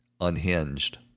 unhinged